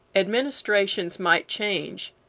administrations might change,